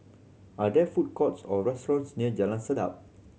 are there food courts or restaurants near Jalan Sedap